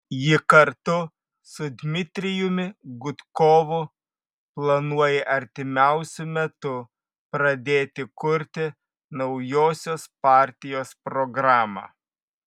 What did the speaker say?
ji kartu su dmitrijumi gudkovu planuoja artimiausiu metu pradėti kurti naujosios partijos programą